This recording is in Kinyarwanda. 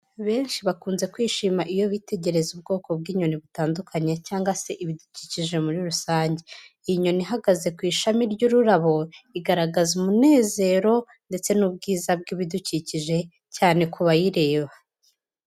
Benshi bakunze kwishima iyo bitegereza ubwoko bw'inyoni butandukanye cyangwa se ibidukikije muri rusange. Inyoni ihagaze ku ishami ry'ururabo igaragaza umunezero ndetse n'ubwiza bw'ibidukikije cyane ku bayireba.